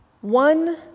One